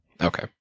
Okay